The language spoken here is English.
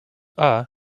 are